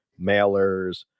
mailers